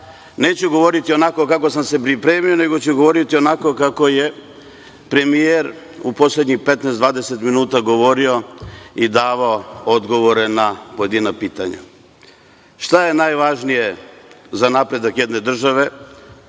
neću govoriti onako kako sam se pripremio, nego ću govoriti onako kako je premijer u poslednjih 15-20 minuta govorio i davao odgovore na pojedina pitanja. Šta je najvažnije za napredak jedne države?